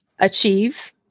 achieve